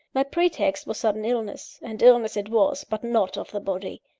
my pretext was sudden illness and illness it was, but not of the body.